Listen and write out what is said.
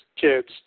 kids